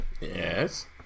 Yes